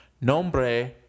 nombre